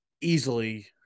easily